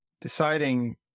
deciding